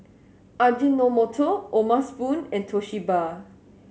Ajinomoto O'ma Spoon and Toshiba